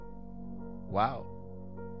wow